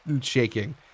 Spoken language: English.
shaking